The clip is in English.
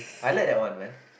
I like that one man